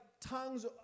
Tongues